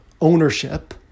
ownership